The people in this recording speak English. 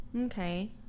okay